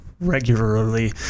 regularly